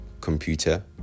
computer